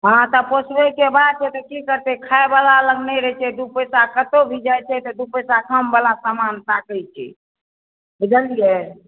हँ तऽ पोसाइके बात छै तऽ की करतै खाइवला लग नहि रहैत छै दू पैसा कतहु भी जाइत छै तऽ दू पैसा कमवला सामान ताकैत छै बुझलियै